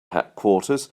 headquarters